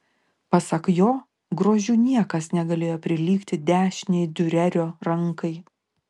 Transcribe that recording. pasak jo grožiu niekas negalėjo prilygti dešinei diurerio rankai